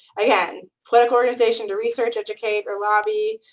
again, political organization to research, educate, or lobby.